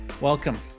Welcome